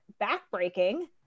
backbreaking